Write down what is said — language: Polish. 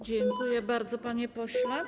Dziękuję bardzo, panie pośle.